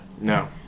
No